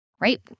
right